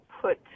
put